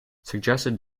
suggested